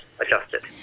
adjusted